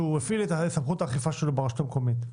שהוא הפעיל את סמכות האכיפה שלו ברשות המקומית.